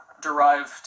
Derived